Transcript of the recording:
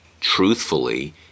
truthfully